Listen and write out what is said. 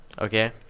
Okay